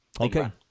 okay